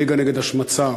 הליגה נגד השמצה.